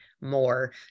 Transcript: more